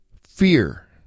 Fear